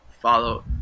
follow